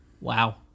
Wow